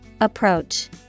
Approach